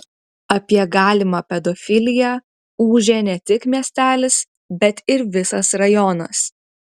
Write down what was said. apie galimą pedofiliją ūžė ne tik miestelis bet ir visas rajonas